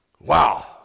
Wow